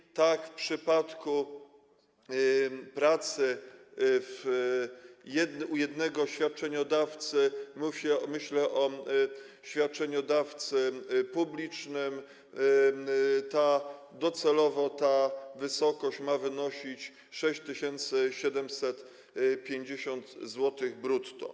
I tak w przypadku pracy u jednego świadczeniodawcy - myślę o świadczeniodawcy publicznym - docelowo ta wysokość ma wynosić 6750 zł brutto.